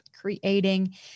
creating